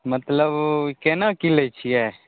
मतलब कोना कि लै छिए